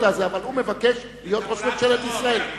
אבל הוא מבקש להיות ראש ממשלת ישראל.